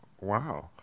Wow